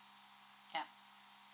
yup